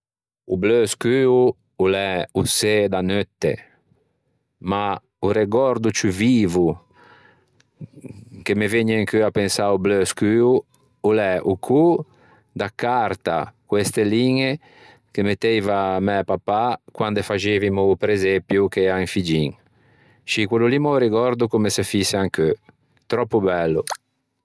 O bleu scuo o l'é o çê da neutte ma o regòrdo ciù vivo che me vëgne in cheu à pensâ a-o bleu scuo o l'é o cô da carta co-e stelliñe che metteiva mæ papà quande faxeivimo o presepio che ea un figgin. Scì quello lì me ô regòrdo comme se fïse ancheu, tròppo bello.